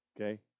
Okay